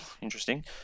interesting